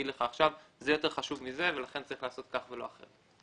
לך עכשיו שזה יותר חשוב מזה ולכן צריך לעשות כך ולא אחרת.